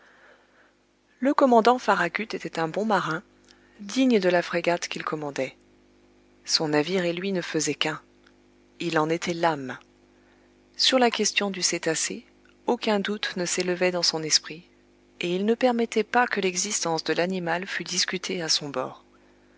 le commandant farragut était un bon marin digne de la frégate qu'il commandait son navire et lui ne faisaient qu'un il en était l'âme sur la question du cétacé aucun doute ne s'élevait dans son esprit et il ne permettait pas que l'existence de l'animal fût discutée à son bord